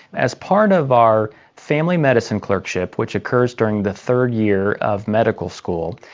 as part of our family medicine clerkship, which occurs during the third year of medical school,